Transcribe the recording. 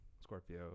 Scorpio